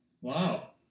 Wow